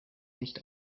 nicht